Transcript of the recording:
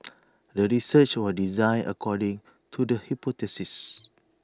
the research was designed according to the hypothesis